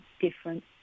different